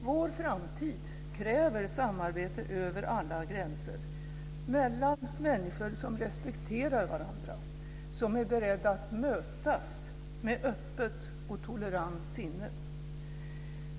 Vår framtid kräver samarbete över alla gränser, mellan människor som respekterar varandra, som är beredda att mötas med öppet och tolerant sinne.